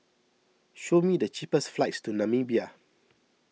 show me the cheapest flights to Namibia